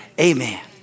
Amen